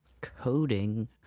Coding